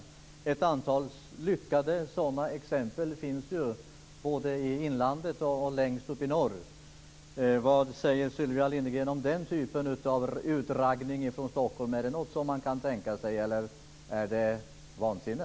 Det finns ett antal lyckade exempel på det både i inlandet och längst uppe i norr. Vad säger Sylvia Lindgren om den typen av raggning i Stockholm? Är det något som man kan tänka sig, eller är det vansinne?